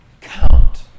count